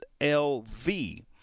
lv